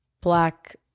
black